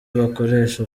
bakoresha